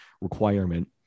requirement